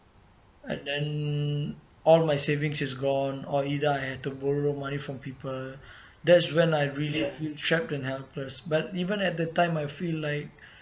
and then all my savings is gone or either I had to borrow money from people that's when I realised feel trapped and helpless but even at the time I feel like